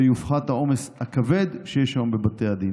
ויופחת העומס הכבד שיש היום בבתי הדין.